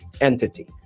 entity